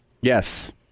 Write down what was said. Yes